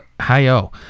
Hi-yo